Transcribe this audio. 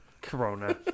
Corona